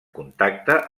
contacte